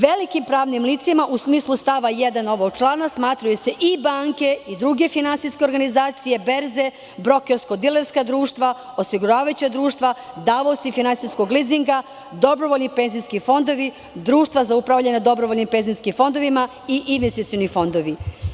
Velikim pravnim licima, u smislu stava 1. ovog člana smatraju se i banke i druge finansijske organizacije, berze, brokersko-dilerska društva, osiguravajuća društva, davaoci finansijskog lizinga, dobrovoljni penzijski fondovi, društva za upravljanje dobrovoljnim penzijskim fondovima i investicioni fondovi.